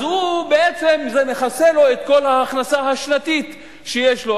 זה מכסה להם את כל ההכנסה השנתית שיש להם,